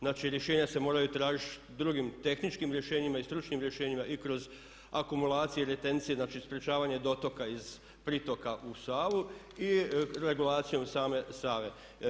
Znači, rješenja se moraju tražiti drugim tehničkim rješenjima i stručnim rješenjima i kroz akumulacije, retencije, znači sprječavanje dotoka iz pritoka u Savu i regulacijom same Save.